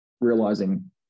realizing